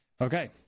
Okay